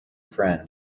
friend